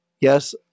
Yes